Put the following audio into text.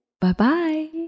bye-bye